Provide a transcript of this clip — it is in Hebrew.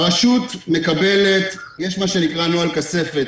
הרשות מקבלת יש מה שנקרא "נוהל כספת",